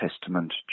testament